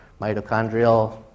mitochondrial